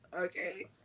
okay